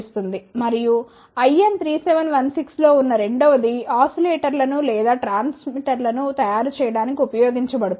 మరియు IN 3716 లో ఉన్న రెండవది ఓసిలేటర్లను లేదా ట్రాన్స్మిటర్లను తయారు చేయడానికి ఉపయోగించబడుతుంది